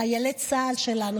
חיילי צה"ל שלנו,